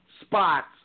spots